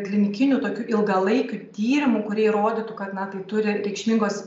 klinikinių tokių ilgalaikių tyrimų kurie įrodytų kad na tai turi reikšmingos